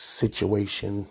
situation